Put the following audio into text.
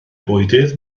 bwydydd